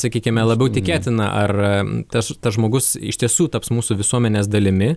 sakykime labiau tikėtina ar tas žmogus iš tiesų taps mūsų visuomenės dalimi